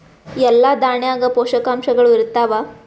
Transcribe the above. ಎಲ್ಲಾ ದಾಣ್ಯಾಗ ಪೋಷಕಾಂಶಗಳು ಇರತ್ತಾವ?